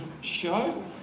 show